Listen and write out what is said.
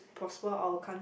prosper our country